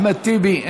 אחמד טיבי,